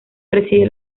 preside